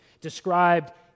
described